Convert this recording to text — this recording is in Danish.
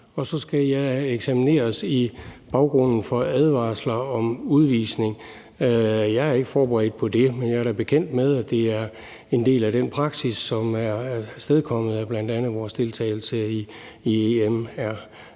og så skal jeg eksamineres i baggrunden for advarsler om udvisning. Jeg er ikke forberedt på det, men jeg er da bekendt med, at det er en del af den praksis, som er afstedkommet af bl.a. vores deltagelse i EMRK.